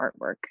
artwork